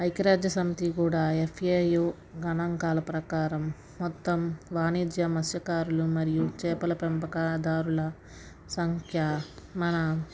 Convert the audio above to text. ఐక్యరాజ్యసమితి కూడా ఎఫ్ఏయు గణాంకాల ప్రకారం మొత్తం వానిజ్యమస్యకారులు మరియు చేపల పెంపకదారుల సంఖ్య మన